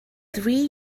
three